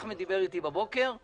אחמד דיבר איתי בבוקר,